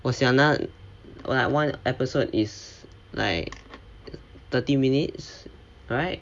我想的 like one episode is like thirty minutes right